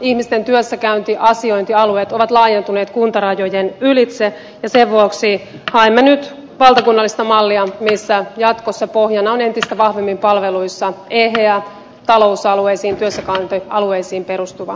ihmisten työssäkäynti asiointialueet ovat laajentuneet kuntarajojen ylitse ja sen vuoksi haemme nyt valtakunnallista mallia jossa jatkossa pohjana palveluissa on entistä vahvemmin eheä talousalueisiin työssäkäyntialueisiin perustuva kuntarakenne